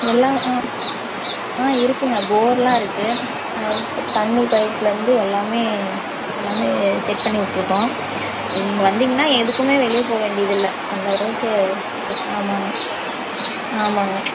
எல்லாம் ம் ம் இருக்குதுங்க போர்ல்லாம் இருக்குது அந்தமாதிரி இப்போ தண்ணி பைப்புலேயிருந்து எல்லாமே எல்லாமே செட் பண்ணி விட்டுருக்கோம் நீங்கள் வந்தீங்கனா எதுக்குமே வெளியே போகவேண்டிதில்ல அந்த அளவுக்கு ஆமாங்க ஆமாங்க